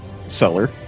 seller